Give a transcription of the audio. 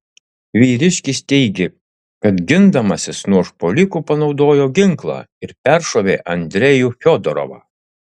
vyriškis teigė kad gindamasis nuo užpuolikų panaudojo ginklą ir peršovė andrejų fiodorovą